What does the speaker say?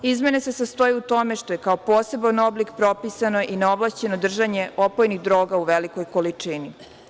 Izmene se sastoje u tome što je kao poseban oblik propisano i neovlašćeno držanje opojnih droga u velikoj količini.